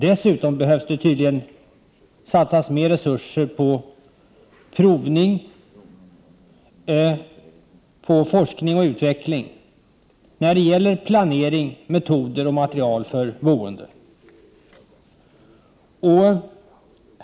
Dessutom behöver vi tydligen satsa mer resurser på provning, på forskning och utveckling när det gäller planering, metoder och material för boende.